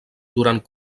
durant